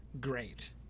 great